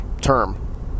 term